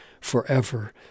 forever